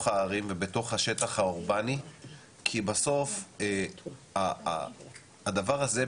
הערים ובתוך השטח האורבני כי בסוף הדבר הזה,